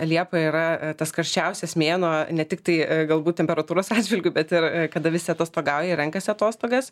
liepa yra tas karščiausias mėnuo ne tiktai galbūt temperatūros atžvilgiu bet ir kada visi atostogauja renkasi atostogas